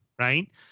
right